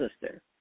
sister